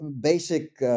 basic